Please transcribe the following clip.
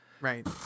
right